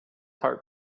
heart